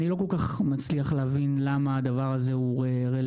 אני לא כל כך מצליח להבין למה הדבר הזה הוא רלוונטי.